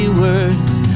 words